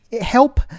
help